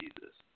Jesus